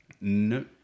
No